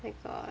my god